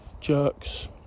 jerks